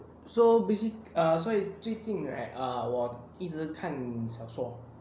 so basically err 所以最近 right err 我一直看小说